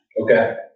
Okay